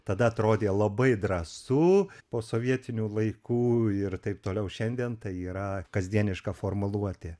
tada atrodė labai drąsu posovietinių laikų ir taip toliau šiandien tai yra kasdieniška formuluotė